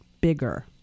bigger